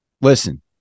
listen